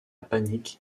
panique